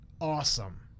Awesome